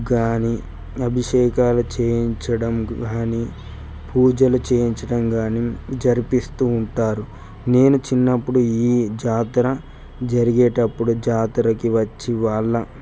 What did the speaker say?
కానీ అభిషేకాలు చేయించడం కానీ పూజలు చేయించడం కానీ జరిపిస్తూ ఉంటారు నేను చిన్నపుడు ఈ జాతర జరిగేటప్పుడు జాతరకి వచ్చి వాళ్ళ